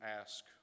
ask